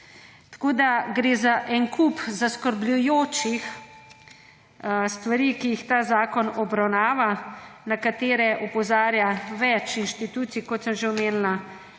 zavrnil. Gre za en kup zaskrbljujočih stvari, ki jih ta zakon obravnava, na katere opozarja več inštitucij, kot sem že omenila,